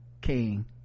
king